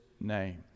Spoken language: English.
name